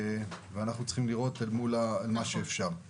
אנחנו צריכים לראות מה אפשר לעשות מול זה.